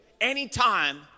Anytime